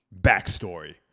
backstory